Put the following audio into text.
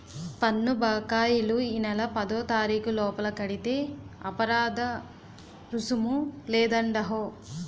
పన్ను బకాయిలు ఈ నెల పదోతారీకు లోపల కడితే అపరాదరుసుము లేదండహో